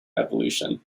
evolution